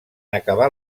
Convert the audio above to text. acabar